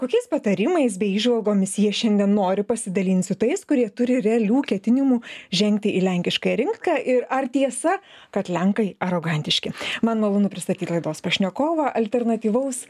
kokiais patarimais bei įžvalgomis jie šiandien nori pasidalint su tais kurie turi realių ketinimų žengti į lenkiškąją rinką ir ar tiesa kad lenkai arogantiški man malonu pristatyt laidos pašnekovą alternatyvaus